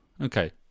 Okay